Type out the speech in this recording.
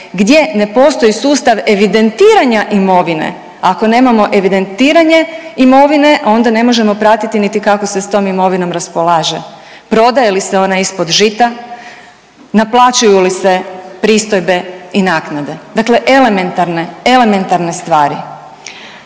gdje ne postoji sustav evidentiranja imovine, ako nemamo evidentiranje, onda ne možemo pratiti niti kako se s tom imovinom raspolaže. Prodaje li se ona ispod žita, naplaćuju li se pristojbe i naknade? Dakle elementarne,